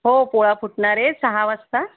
हो पोळा फुटणार आहे सहा वाजता